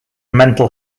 mental